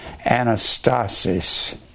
anastasis